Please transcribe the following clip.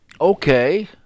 okay